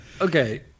okay